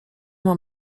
mam